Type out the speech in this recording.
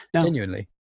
genuinely